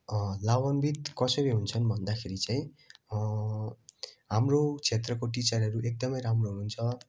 लाभान्वित कसरी हुन्छन् भन्दाखेरि चाहिँ हाम्रो क्षेत्रको टिचरहरू एकदमै राम्रो हुनु हुन्छ